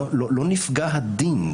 לא נפגע הדין,